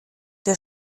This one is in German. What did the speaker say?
der